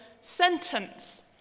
sentence